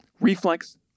Reflex